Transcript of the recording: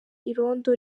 irondo